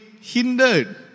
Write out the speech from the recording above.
hindered